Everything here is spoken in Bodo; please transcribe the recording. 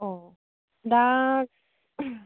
अ दा